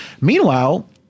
Meanwhile